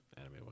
Anime